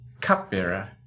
cupbearer